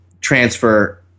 transfer